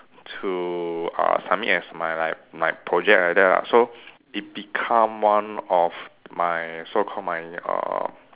to uh submit as my like my project like that lah so it become one of my so called my uh